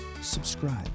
subscribe